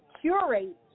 curate